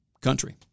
country